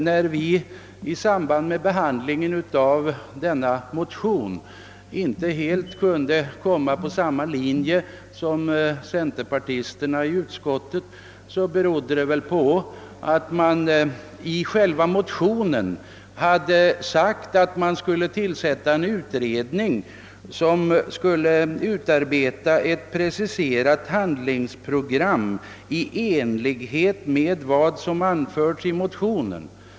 När vi folkpartister vid behandling av denna motion inte helt kunde komma på samma linje som centerpartisterna i utskottet, så berodde detta på att motionärerna yrkar på tillsättandet av en utredning som skulle utarbeta ett preciserat handlingsprogram i enlighet med vad som anförts i motionen.